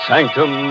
Sanctum